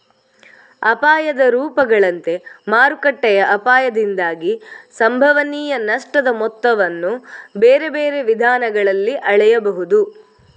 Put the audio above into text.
ಅಪಾಯದ ರೂಪಗಳಂತೆ ಮಾರುಕಟ್ಟೆಯ ಅಪಾಯದಿಂದಾಗಿ ಸಂಭವನೀಯ ನಷ್ಟದ ಮೊತ್ತವನ್ನು ಬೇರೆ ಬೇರೆ ವಿಧಾನಗಳಲ್ಲಿ ಅಳೆಯಬಹುದು